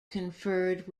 conferred